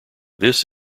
this